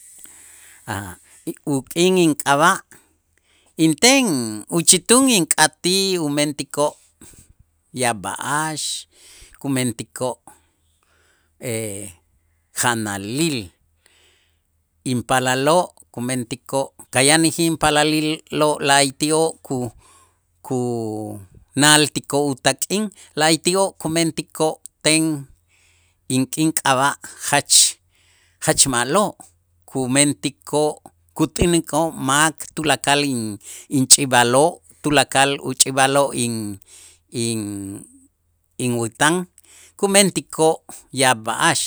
Uk'in ink'ab'a' inten uchitun ink'atij umentikoo' yaab' b'a'ax, kumentikoo' janalil inpaalaloo' kumentikoo' ka' yanäjij inpaaliloo' la'ayti'oo' ku- kunaaltikoo' utak'in la'ayti'oo' kumentikoo' ten ink'in k'ab'a' jach jach ma'lo' kumentikoo' kut'änikoo' mak tulakal inch'ib'aloo' tulakal uch'ib'aloo' in- in- inwätan kumentikoo' yaab' b'a'ax